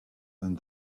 and